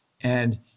and-